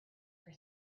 for